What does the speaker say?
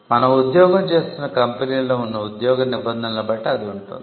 మనం ఉద్యోగం చేస్తున్న కంపెనీ లో ఉన్న ఉద్యోగ నిబంధనలను బట్టి అది ఉంటుంది